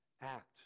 act